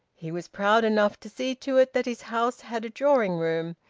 he was proud enough to see to it that his house had a drawing-room,